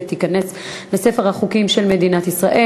ותיכנס לספר החוקים של מדינת ישראל.